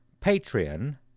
Patreon